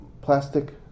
plastic